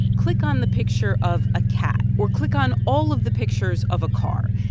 click on the picture of a cat, or, click on all of the pictures of a car.